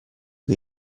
che